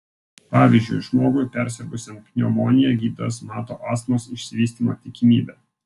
pavyzdžiui žmogui persirgusiam pneumonija gydytojas mato astmos išsivystymo tikimybę